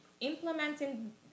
implementing